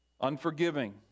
unforgiving